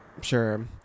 sure